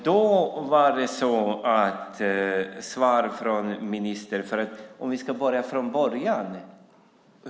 Då var svaret från ministern något annat.